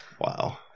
wow